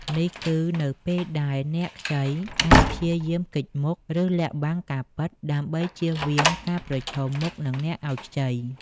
នេះគឺនៅពេលដែលអ្នកខ្ចីអាចព្យាយាមគេចមុខ ឬលាក់បាំងការពិត ដើម្បីជៀសវាងការប្រឈមមុខនឹងអ្នកឲ្យខ្ចី។